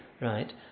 right